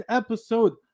episode